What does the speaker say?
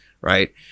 right